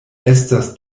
estas